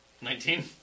Nineteen